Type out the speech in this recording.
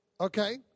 Okay